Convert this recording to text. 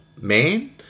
man